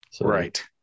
Right